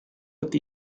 with